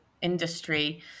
industry